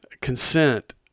consent